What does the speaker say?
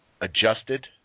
adjusted